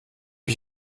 ich